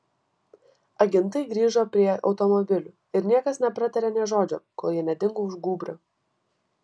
agentai grįžo prie automobilių ir niekas nepratarė nė žodžio kol jie nedingo už gūbrio